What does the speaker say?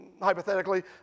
hypothetically